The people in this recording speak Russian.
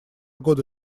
годы